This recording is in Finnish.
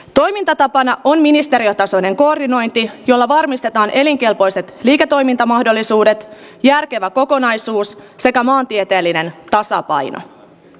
toimintatapana on ministeriatasoinen koordinointi jolla varmistetaan elinkelpoisen liiketoimintamahdollisuuden järkevä kokonaisuus sekä maantieteellinen taso baia